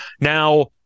Now